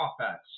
offense